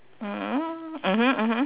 um mmhmm mmhmm